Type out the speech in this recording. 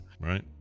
Right